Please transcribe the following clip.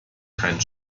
keinen